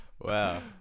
Wow